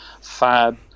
fab